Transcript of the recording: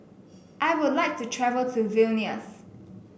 I would like to travel to Vilnius